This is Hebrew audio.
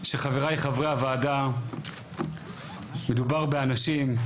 שחברי חברי הוועדה מדובר באנשים,